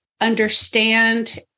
understand